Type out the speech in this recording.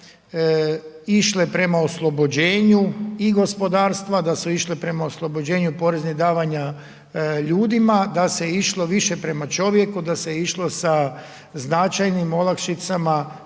išle prema oslobođenju i gospodarstva, da su išle prema oslobođenju poreznih davanja ljudima, da se išlo više prema čovjeku, da se išlo sa značajnim olakšicama